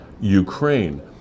Ukraine